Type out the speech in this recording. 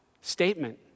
statement